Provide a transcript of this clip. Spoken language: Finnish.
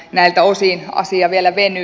näiltä osin asia vielä venyy